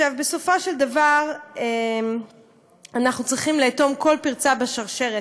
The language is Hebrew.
בסופו של דבר, אנחנו צריכים לאטום כל פרצה בשרשרת.